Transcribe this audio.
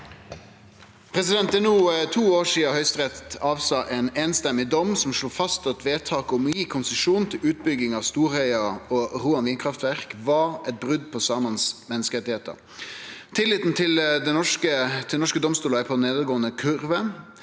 «Det er nå to år siden Høyesterett avsa en enstemmig dom som slo fast at vedtaket om å gi konsesjon til utbyggingen av Storheia og Roan vindkraftverk var et brudd på samenes menneskerettigheter. Tilliten til norske domstoler er på en nedadgående kurve.